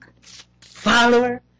follower